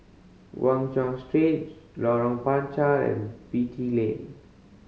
Guan Chuan Street Lorong Panchar and Beatty Lane